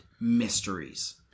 mysteries